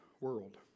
world